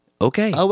okay